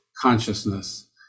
consciousness